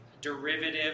derivative